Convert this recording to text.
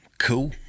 Cool